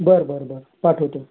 बरं बरं बरं पाठवतो